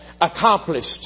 accomplished